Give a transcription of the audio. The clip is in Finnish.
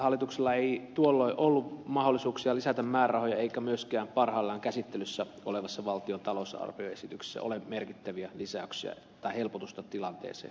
hallituksella ei tuolloin ollut mahdollisuuksia lisätä määrärahoja eikä myöskään parhaillaan käsittelyssä olevassa valtion talousarvioesityksessä ole helpotusta tilanteeseen